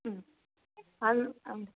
ഉം അത് അം